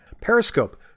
Periscope